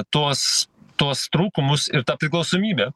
tuos tuos trūkumus ir tą priklausomybę